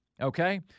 Okay